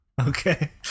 Okay